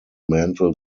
mantle